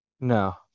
No